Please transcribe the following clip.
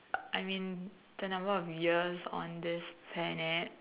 I mean the number of years on this planet